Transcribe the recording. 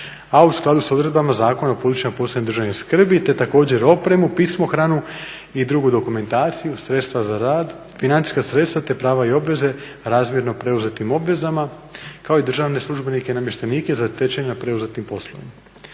a u skladu sa odredbama Zakona o područjima posebne države skrbi te također opremu, pismohranu i drugu dokumentaciju, sredstva za rad, financijska sredstva te prava i obveze razmjerno preuzetim obvezama kako i državne službenike i namještenike zatečene preuzetim poslovima.